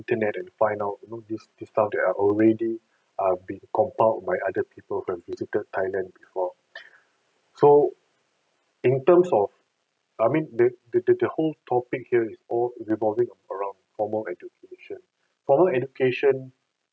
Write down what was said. internet and find out you know this this stuff that are already err being compiled by other people who have visited thailand before so in terms of I mean the the the the whole topic here is all revolving around formal education formal education